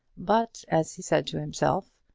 but, as he said to himself,